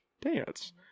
dance